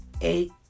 eight